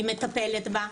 היא מטפלת בה,